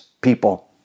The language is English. people